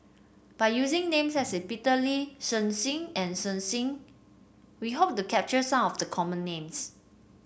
by using names such as Peter Lee Shen Xi and Shen Xi we hope to capture some of the common names